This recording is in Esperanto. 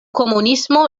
komunismo